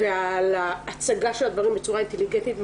לבוא בצורה אינטליגנטית,